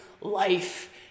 life